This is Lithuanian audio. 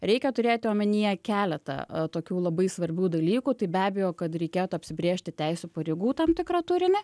reikia turėti omenyje keletą tokių labai svarbių dalykų tai be abejo kad reikėtų apsibrėžti teisių pareigų tam tikrą turinį